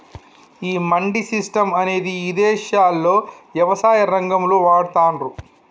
ఈ మండీ సిస్టం అనేది ఇదేశాల్లో యవసాయ రంగంలో వాడతాన్రు